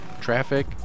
traffic